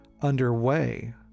underway